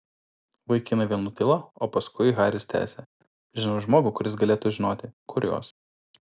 vaikinai vėl nutilo o paskui haris tęsė žinau žmogų kuris galėtų žinoti kur jos